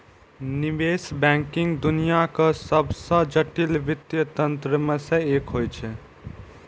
निवेश बैंकिंग दुनियाक सबसं जटिल वित्तीय तंत्र मे सं एक होइ छै